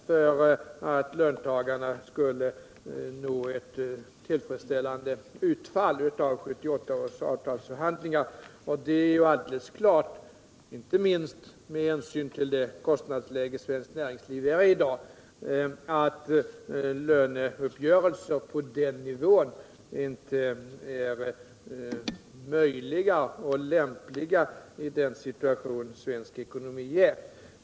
för att löntagarna skulle nå ett tillfredsställande utfall av 1978 års avtalsförhandlingar, och det är alldeles klart, inte minst med hänsyn till det kostnadsläge svenskt näringsliv i dag befinner sig i, att löneuppgörelser på den nivån inte är möjliga eller lämpliga under rådande ekonomiska situation.